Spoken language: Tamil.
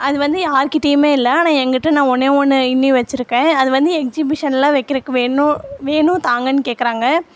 அது வந்து யார்கிட்டையுமே இல்லை ஆனால் எங்கிட்டே நான் ஒன்னே ஒன்று இன்னியும் வச்சுருக்கேன் அது வந்து எக்ஸிபிஷனெலாம் வைக்கிறக்கு வேணும் வேணும் தாங்கன்னு கேட்கறாங்க